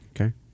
Okay